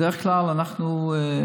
בדרך כלל מה שקורה,